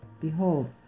behold